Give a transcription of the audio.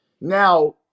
now